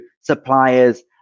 suppliers